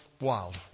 wild